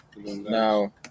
Now